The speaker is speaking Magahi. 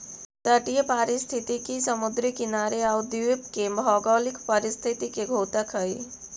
तटीय पारिस्थितिकी समुद्री किनारे आउ द्वीप के भौगोलिक परिस्थिति के द्योतक हइ